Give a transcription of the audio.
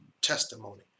testimony